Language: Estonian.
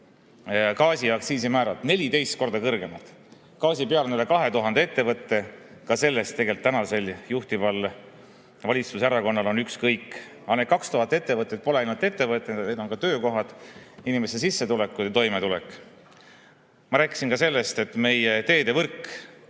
gaasi aktsiisimäärad. 14 korda kõrgemad! Gaasi peal on üle 2000 ettevõtte. Ka sellest on tänasel juhtival valitsuserakonnal tegelikult ükskõik. Need 2000 ettevõtet pole ainult ettevõtted, need on ka töökohad, inimeste sissetulekud ja toimetulek. Ma rääkisin ka sellest, et meie teedevõrk